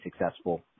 successful